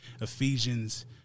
Ephesians